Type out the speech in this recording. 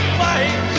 fight